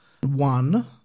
One